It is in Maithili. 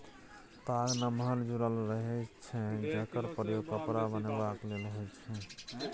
ताग नमहर जुरल रुइया छै जकर प्रयोग कपड़ा बनेबाक लेल होइ छै